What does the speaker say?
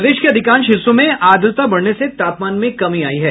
प्रदेश के अधिकांश हिस्सों में आर्द्रता बढ़ने से तापमान में कमी आयी है